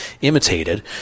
imitated